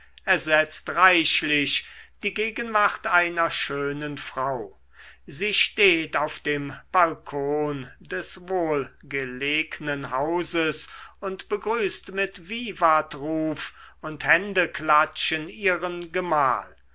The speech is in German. ersetzt reichlich die gegenwart einer schönen frau sie steht auf dem balkon des wohlgelegnen hauses und begrüßt mit vivatruf und händeklatschen ihren gemahl